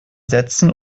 setzen